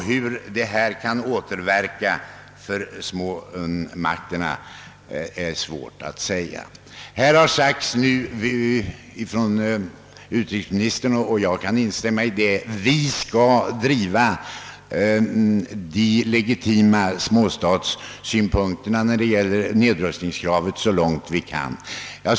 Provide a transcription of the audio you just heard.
Hur dessa kan komma att återverka för de små staterna är dock svårt att nu säga. Utrikesministern framhöll för en stund sedan — och det kan jag instämma i — att vi när det gäller kravet på nedrustning skall driva de legitima småstatssynpunkterna så långt som möjligt.